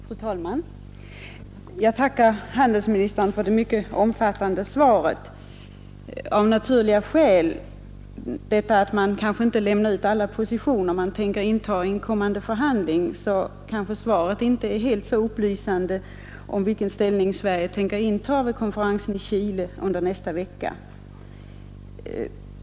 Fru talman! Jag tackar handelsministern för det mycket omfattande svaret. Av naturliga skäl — man lämnar väl inte ut alla de positioner man tänker inta i en kommande förhandling — är svaret kanske inte särskilt upplysande om den ställning Sverige tänker inta på konferensen i Chile under nästa vecka.